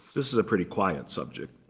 this is a pretty quiet subject.